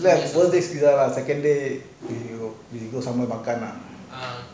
ya first day pizza second day we go somewhere makan ah